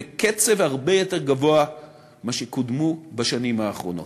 בקצב הרבה יותר מהיר מזה שבו הן קודמו בשנים האחרונות.